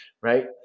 right